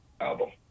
album